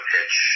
Pitch